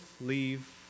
leave